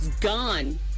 Gone